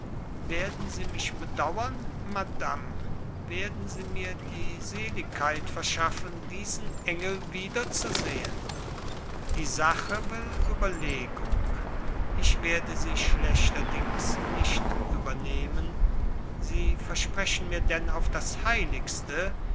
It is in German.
werden sie mich bedauren madame werden sie mir die seligkeit verschaffen diesen engel wiederzusehen die sache will überlegung ich werde sie schlechterdings nicht übernehmen sie versprechen mir denn auf das heiligste